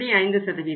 5